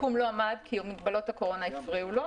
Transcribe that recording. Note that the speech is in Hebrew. הסיכום לא עמד כי מגבלות הקורונה הפריעו לו.